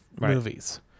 movies